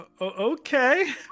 okay